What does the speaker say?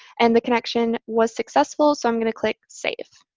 and the connection was successful. so i'm going to click save.